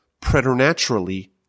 preternaturally